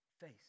face